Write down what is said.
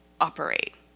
operate